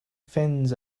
fins